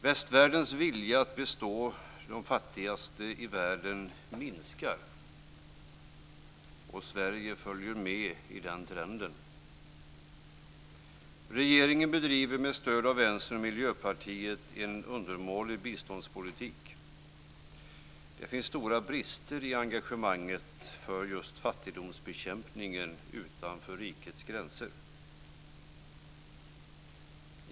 Västvärldens vilja att bistå de fattigaste i världen minskar, och Sverige följer med i den trenden. Regeringen bedriver, med stöd av Vänstern och Miljöpartiet, en undermålig biståndspolitik. Det finns stora brister i engagemanget för just fattigdomsbekämpningen utanför rikets gränser.